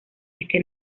este